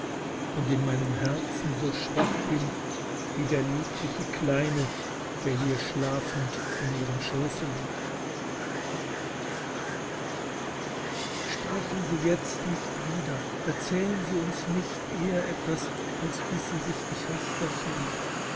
und in meinem herzen so schwach bin wie der liebliche kleine der hier schlafendinihremschoßeliegt sprechen sie jetzt nicht wieder erzählen sie uns nicht eher etwas als bis sie sich gefaßter fühlen